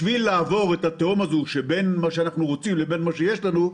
בשביל לעבור את התהום בין מה שאנחנו רוצים לבין מה שיש לנו,